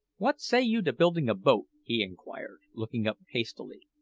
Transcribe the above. what say you to building a boat? he inquired, looking up hastily.